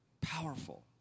Powerful